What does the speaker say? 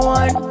one